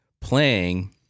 playing